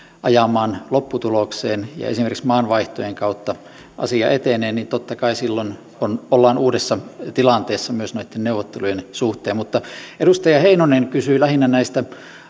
ajamaan lopputulokseen ja esimerkiksi maavaihtojen kautta asia etenee niin totta kai silloin ollaan uudessa tilanteessa myös näitten neuvottelujen suhteen edustaja heinonen kysyi lähinnä näistä